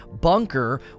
bunker